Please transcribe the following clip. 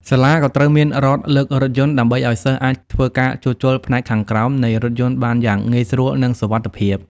សាលាក៏ត្រូវមាន រ៉កលើករថយន្ត ដើម្បីឱ្យសិស្សអាចធ្វើការជួសជុលផ្នែកខាងក្រោមនៃរថយន្តបានយ៉ាងងាយស្រួលនិងសុវត្ថិភាព។